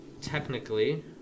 technically